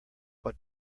what